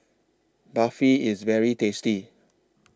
Barfi IS very tasty